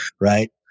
right